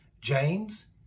James